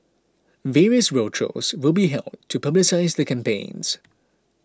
various roadshows will be held to publicise the campaign